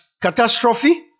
catastrophe